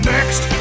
Next